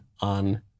on